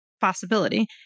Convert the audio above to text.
possibility